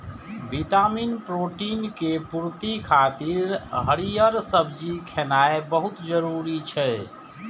vitamin, protein के पूर्ति खातिर हरियर सब्जी खेनाय बहुत जरूरी होइ छै